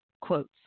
quotes